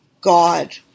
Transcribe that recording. God